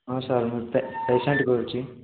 ହଁ ସାର୍ ମୋତେ ପେସେଣ୍ଟ କହୁଛି